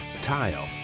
tile